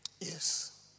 Yes